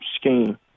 scheme